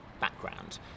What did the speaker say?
background